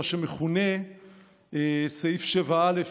מה שמכונה סעיף 7א,